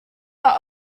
are